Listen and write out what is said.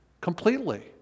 Completely